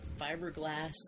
fiberglass